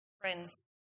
friends